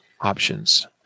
options